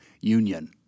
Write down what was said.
union